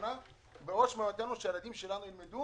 בראש מעייננו שהילדים שלנו ילמדו